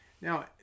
Now